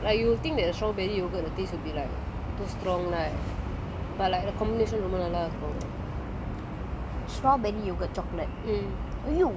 it's damn good like you will think that the strawberry yogurt the taste will be like too strong right but like the combination ரொம்ப நல்லா இருக்கும்:romba nalla irukkum